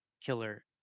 Killer